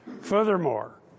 furthermore